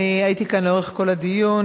אני הייתי כאן לאורך כל הדיון,